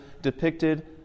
depicted